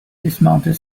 dismounted